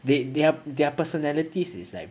they their their personalities is like